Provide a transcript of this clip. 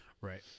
Right